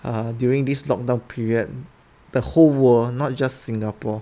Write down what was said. err during this lockdown period the whole world not just singapore